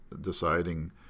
deciding